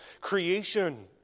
creation